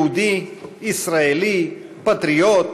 יהודי, ישראלי, פטריוט,